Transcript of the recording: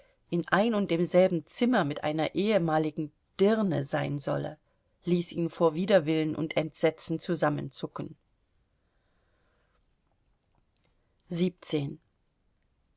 in ein und demselben zimmer mit einer ehemaligen dirne sein solle ließ ihn vor widerwillen und entsetzen zusammenzucken